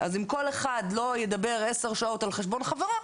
אם כל אחד לא ידבר עשר שעות על חשבון חברו,